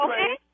Okay